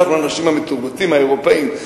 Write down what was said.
אנחנו האנשים המתורבתים האירופים,